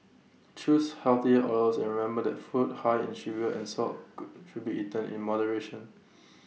choose healthier oils and remember that food high in sugar and salt good should be eaten in moderation